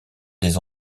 des